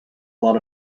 lot